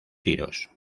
tiros